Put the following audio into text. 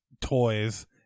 toys